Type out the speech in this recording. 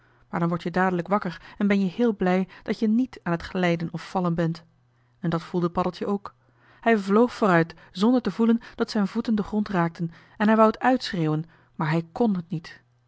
maar dan word je dadelijk wakker en ben-je heel blij dat je niet aan t glijden of vallen bent en dat voelde paddeltje ook hij vloog vooruit zonder te voelen dat zijn voeten den grond raakten en hij wou het uitschreeuwen maar hij kn het niet